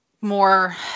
more